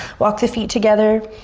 walk the feet together,